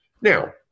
Now